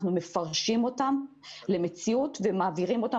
אנחנו מפרשים אותם למציאות ומעבירים אותם